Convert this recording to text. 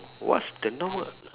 what's the normal